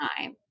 time